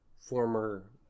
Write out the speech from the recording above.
former